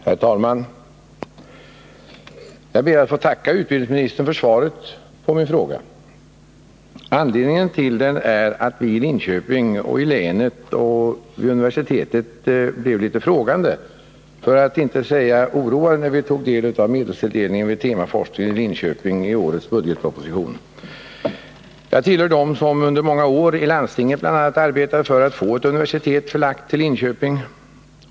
Herr talman! Jag ber att få tacka utbildningsministern för svaret på min interpellation. Anledningen till densamma är att vi i Linköping, i länet och vid universitetet blev litet frågande — för att inte säga oroade — när vi tog del av medelstilldelningen till temaforskningen i Linköping i årets budgetproposition. Jag tillhör dem som under många år i landstinget bl.a. arbetade för att få ett universitet förlagt till Linköping.